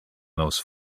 those